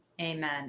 Amen